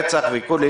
רצח וכו',